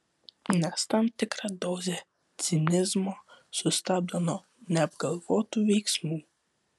nes tam tikra dozė cinizmo sustabdo nuo neapgalvotų veiksmų